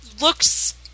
looks –